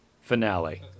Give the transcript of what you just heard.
finale